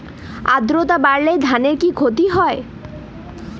আদ্রর্তা বাড়লে ধানের কি ক্ষতি হয়?